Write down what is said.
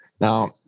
Now